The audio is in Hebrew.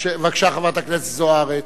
בבקשה, חברת הכנסת זוארץ.